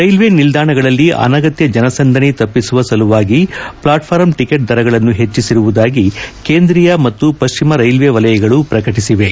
ರೈಲ್ಲೆ ನಿಲ್ಲಾಣಗಳಲ್ಲಿ ಅನಗತ್ಯ ಜನಸಂದಣಿ ತಪ್ಪಿಸುವ ಸಲುವಾಗಿ ಪ್ಲಾಟ್ಫಾರಂ ಟಿಕೆಟ್ ದರಗಳನ್ನು ಹೆಚ್ಚಿಸಿರುವುದಾಗಿ ಕೇಂದ್ರೀಯ ಮತ್ತು ಪಶ್ಚಿಮ ರೈಲ್ವೆ ವಲಯಗಳು ಪ್ರಕಟಿಸಿವೆ